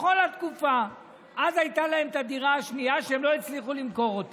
בכל התקופה הייתה להם דירה שנייה שהם לא הצליחו למכור.